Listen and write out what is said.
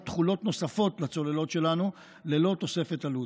תכולות נוספות לצוללות שלנו ללא תוספת עלות.